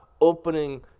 opening